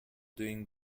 doing